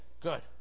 Good